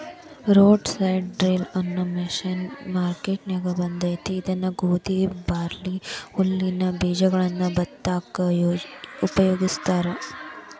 roto seed drill ಅನ್ನೋ machine ಮಾರ್ಕೆನ್ಯಾಗ ಬಂದೇತಿ ಇದನ್ನ ಗೋಧಿ, ಬಾರ್ಲಿ, ಹುಲ್ಲಿನ ಬೇಜಗಳನ್ನ ಬಿತ್ತಾಕ ಉಪಯೋಗಸ್ತಾರ